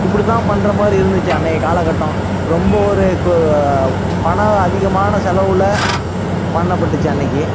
இப்படிதான் பண்ணுறமாரி இருந்துச்சு அன்றைய காலக்கட்டம் ரொம்ப ஒரு கொ பணம் அதிகமான செலவில் பண்ணப்பட்டுச்சு அன்றைக்கி